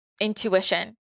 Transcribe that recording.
intuition